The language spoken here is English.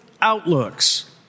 outlooks